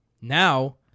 Now